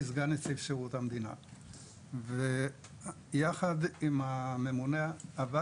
סגן נציב שירות המדינה ויחד עם הממונה על השכר.